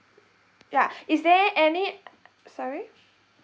yeah is there any uh sorry